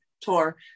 tour